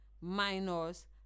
minus